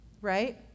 Right